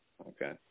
Okay